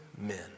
men